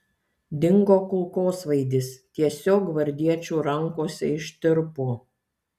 dingo kulkosvaidis tiesiog gvardiečių rankose ištirpo